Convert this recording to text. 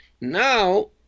now